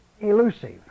elusive